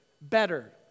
better